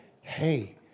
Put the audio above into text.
hey